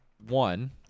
One